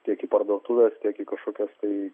tiek į parduotuves tiek į kažkokias kai